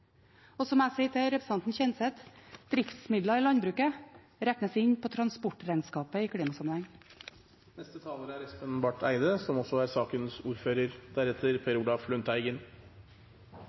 Og så må jeg si til representanten Kjenseth: Driftsmidler i landbruket regnes inn på transportregnskapet i klimasammenheng.